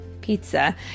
Pizza